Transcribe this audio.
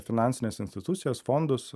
finansines institucijas fondus